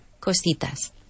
cositas